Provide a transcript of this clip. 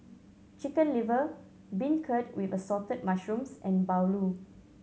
Chicken Liver beancurd with Assorted Mushrooms and bahulu